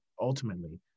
ultimately